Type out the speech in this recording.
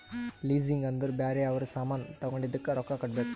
leasing ಅಂದುರ್ ಬ್ಯಾರೆ ಅವ್ರ ಸಾಮಾನ್ ತಗೊಂಡಿದ್ದುಕ್ ರೊಕ್ಕಾ ಕೊಡ್ಬೇಕ್